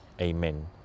Amen